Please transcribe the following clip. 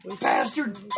bastard